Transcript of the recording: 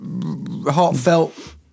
heartfelt